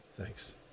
Thanks